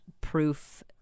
proof